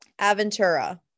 Aventura